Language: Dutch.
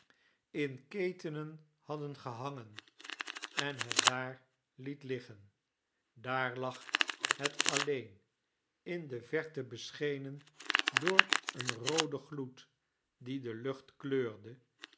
in ketenen hadden gehangen en het daar liet hggen daar lag het alleen in de verte beschenen door een rooden gloed die de lucht kleurde